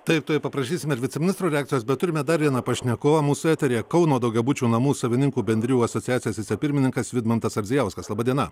taip tuoj paprašysim ir viceministro reakcijos bet turime dar vieną pašnekovą mūsų eteryje kauno daugiabučių namų savininkų bendrijų asociacijos vicepirmininkas vidmantas ardzijauskas laba diena